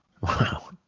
wow